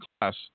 class